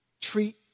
Treat